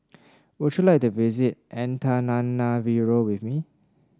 would you like to visit Antananarivo with me